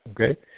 Okay